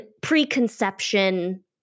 preconception